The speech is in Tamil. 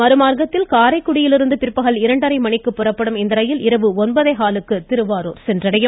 மறுமார்க்கத்தில் காரைக்குடியிலிருந்து பிற்பகல் இரண்டரை மணிக்கு புறப்படும் இந்த ரயில் இரவு ஒன்பதேகாலுக்கு திருவாரூர் சென்டையும்